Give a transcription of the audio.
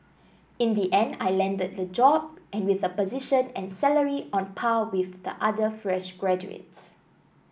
in the end I landed the job and with a position and salary on par with the other fresh graduates